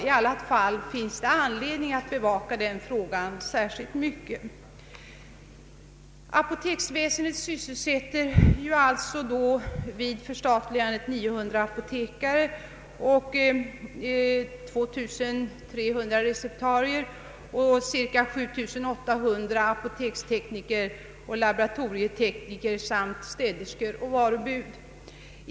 I varje fall finns det anledning att bevaka denna fråga noggrant. Apoteksväsendet sysselsätter vid förstatligandet 900 apotekare och 2300 receptarier samt cirka 7800 apotekstekniker, laboratorietekniker, städerskor och varubud.